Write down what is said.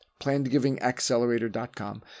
plannedgivingaccelerator.com